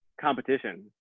competition